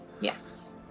Yes